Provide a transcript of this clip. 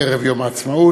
ערב יום העצמאות,